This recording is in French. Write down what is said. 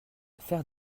faire